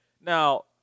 Now